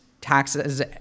taxes